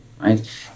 right